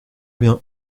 bien